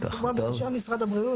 במקומם יכתבו "14 מ"מ לרוחב".